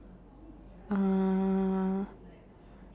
uh